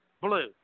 Blue